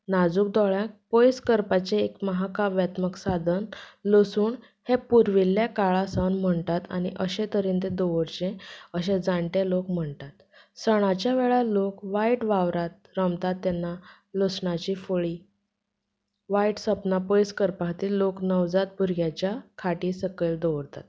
नाजूक दोळ्याक पयस करपाचें एक महाकाव्यात्मक सादन लसूण हें पुर्विल्ल्या काळा सावन म्हणटात आनी अशे तरेन तें दवरचें अशें जाणटे लोक म्हणटात सणाच्या वेळार लोक वायट वावरांत रमतात तेन्ना लसणाची फळीं वायट सपनां पयस करपा खातीर लोक नवजात भुरग्याच्या खाटी सकयल दवरतात